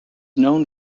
known